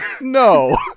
No